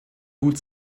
hut